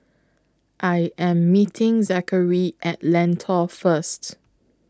I Am meeting Zackery At Lentor First